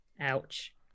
Ouch